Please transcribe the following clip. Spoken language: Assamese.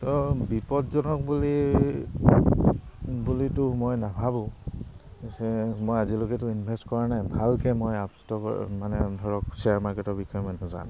তো বিপদজনক বুলি বুলিতো মই নাভাবোঁ মই আজিলৈকেতো ইনভেষ্ট কৰা নাই ভালকে মই মানে ধৰক শ্বেয়াৰ মাৰ্কেটৰ বিষয়ে মানহ নাজানোঁ